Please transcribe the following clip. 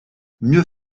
mieux